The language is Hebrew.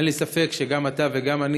אין לי ספק שגם אתה וגם אני,